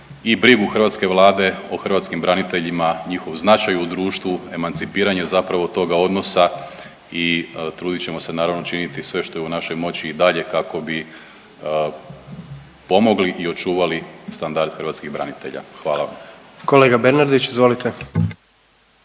i brigu hrvatske Vlade o hrvatskim braniteljima, njihov značaj u društvu, emancipiranje zapravo toga odnosa i trudit ćemo se naravno činiti sve što je u našoj moći i dalje kako bi pomogli i očuvali standard hrvatskih branitelja. Hvala. **Jandroković, Gordan